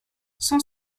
cent